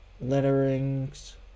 letterings